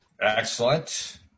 Excellent